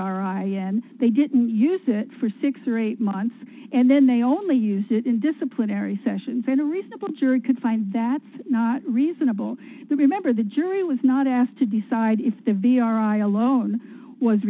r i n they didn't use it for six or eight months and then they only use it in disciplinary sessions when a reasonable jury could find that not reasonable to remember the jury was not asked to decide if the v r a alone was